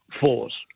force